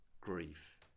grief